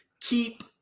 Keep